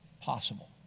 possible